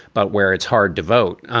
but where it's hard to vote.